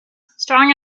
strong